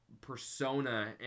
persona